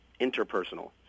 interpersonal